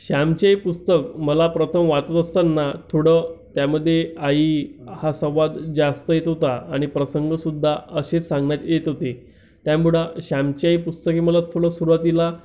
श्यामची आई पुस्तक मला प्रथम वाचत असताना थोडं त्यामध्ये आई हा संवाद जास्त येत होता आणि प्रसंगसुद्धा असेच सांगण्यात येत होते त्यामुळे श्यामची आई पुस्तक हे मला थोडं सुरुवातीला